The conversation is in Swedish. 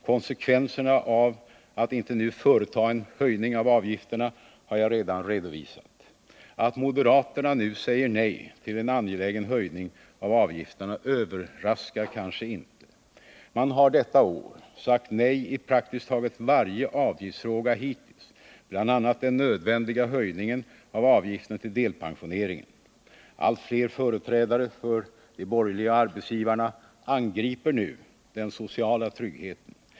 Konsekvenserna av att inte nu företa en höjning av avgifterna har jag redan redovisat. Att moderaterna nu säger nej till en angelägen höjning av avgifterna överraskar inte. Man har detta år sagt nej i praktiskt taget varje avgiftsfråga hittills, bl.a. till den nödvändiga höjningen av avgiften till delpensioneringen. Allt fler företrädare för de borgerliga och arbetsgivarna angriper nu den sociala tryggheten.